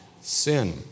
sin